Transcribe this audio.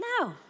No